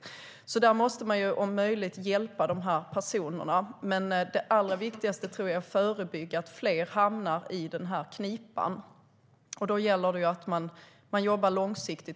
De personerna måste man om möjligt hjälpa. Men det allra viktigaste tror jag är att förebygga att fler hamnar i den här knipan. Då gäller det att jobba långsiktigt.